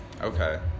Okay